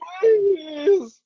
Please